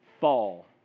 fall